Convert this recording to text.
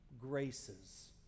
graces